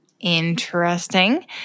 Interesting